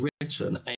written